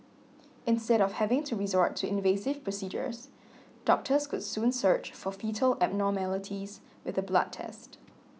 instead of having to resort to invasive procedures doctors could soon search for foetal abnormalities with a blood test